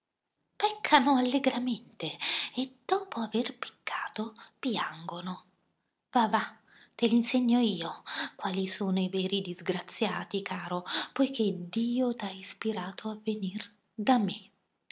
peccare peccano allegramente e dopo aver peccato piangono va va te li insegno io quali sono i veri disgraziati caro poiché dio t'ha ispirato a venir da me